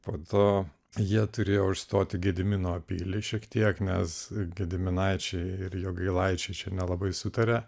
po to jie turėjo užstoti gedimino pilį šiek tiek nes gediminaičiai ir jogailaičiai nelabai sutaria